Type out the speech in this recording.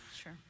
Sure